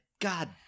god